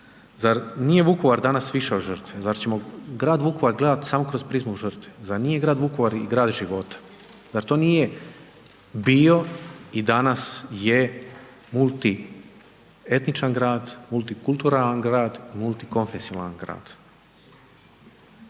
Zar nije Vukovar danas više od žrtve? Zar ćemo grad Vukovar gledati samo kroz prizmu žrtve? Zar nije i grad Vukovar i grad života? Zar to nije bio i danas je multietničan grad, multikulturalan grad, multikonfesionalan grad?